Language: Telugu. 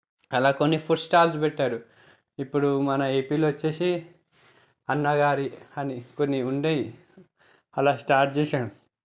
అలా కొన్ని ఫుడ్ స్టాల్స్ పెట్టారు ఇప్పుడు మన ఏపీలో వచ్చేసి అన్నగారి అని కొన్ని ఉండేవి అలా స్టార్ట్ చేశారు